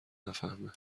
نفهمه